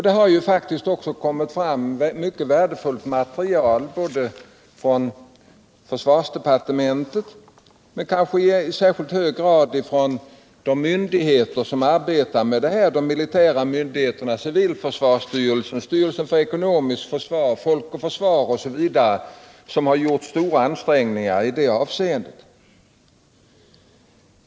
Det har faktiskt också kommit fram mycket värdefullt material från försvarsdepartementet och kanske i särskilt hög grad från de myndigheter som arbetar med dessa frågor, de militära myndigheterna, civilförsvarssty relsen, överstyrelsen för ekonomiskt försvar, Folk och försvar osv., som gjort ansträngningar i det här avseendet.